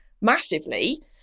massively